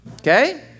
okay